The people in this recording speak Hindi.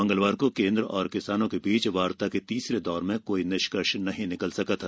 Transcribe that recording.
मंगलवार को केन्द्र और किसानों के बीच वार्ता के तीसरे दौर में कोई निष्कर्ष नहीं निकल सका था